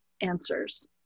answers